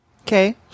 okay